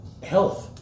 health